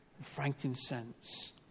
frankincense